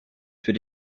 für